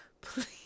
Please